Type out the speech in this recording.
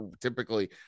typically